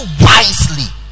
wisely